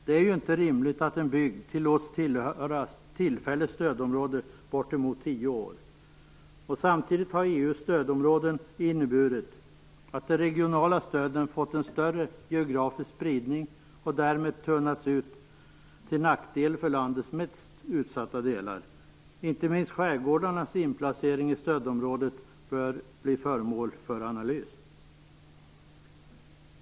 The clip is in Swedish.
Det är inte rimligt att en bygd tillåts att tillhöra tillfälligt stödområde i bortemot tio år. Samtidigt har EU:s stödområden inneburit att de regionala stöden fått en större geografisk spridning och därmed tunnats ut till nackdel för landets mest utsatta delar. Inte minst skärgårdarnas inplacering i stödområdet bör bli föremål för analys.